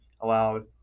allowed